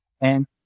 And-